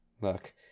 look